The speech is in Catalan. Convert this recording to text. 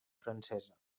francesa